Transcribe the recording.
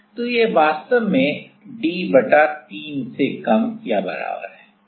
तो यह वास्तव में d बटा 3 से कम या बराबर है